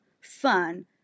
fun